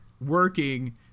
working